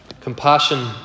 compassion